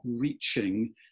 reaching